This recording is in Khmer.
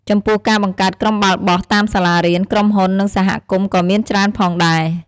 ចំពោះការបង្កើតក្រុមបាល់បោះតាមសាលារៀន ក្រុមហ៊ុន និងសហគមន៍ក៏មានច្រើនផងដែរ។